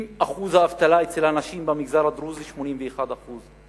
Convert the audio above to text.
אם אחוז האבטלה אצל הנשים במגזר הדרוזי, 81% מה?